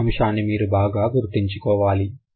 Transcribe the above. ఈ అంశాన్ని మీరు బాగా గుర్తించుకోవాలి